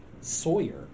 Sawyer